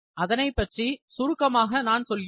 அதனை பற்றி சுருக்கமாக நான் சொல்வேன்